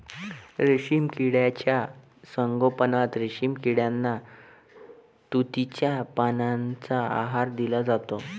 रेशीम किड्यांच्या संगोपनात रेशीम किड्यांना तुतीच्या पानांचा आहार दिला जातो